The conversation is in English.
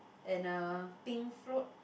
and a pink float